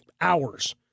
hours